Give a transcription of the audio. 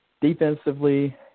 Defensively